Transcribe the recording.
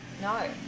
No